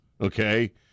okay